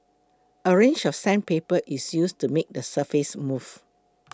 a range of sandpaper is used to make the surface smooth